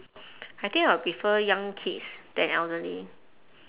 I think I would prefer young kids than elderly